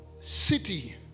city